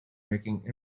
making